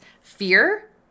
fear